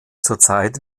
zurzeit